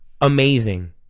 Amazing